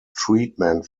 treatment